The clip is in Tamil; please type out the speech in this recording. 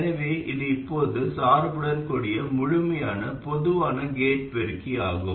எனவே இது இப்போது சார்புடன் கூடிய முழுமையான பொதுவான கேட் பெருக்கி ஆகும்